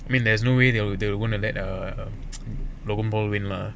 I mean there's no way they will they will gonna let err log combo win lah